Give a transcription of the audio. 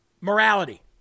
morality